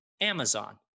Amazon